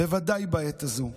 בוודאי בעת הזו,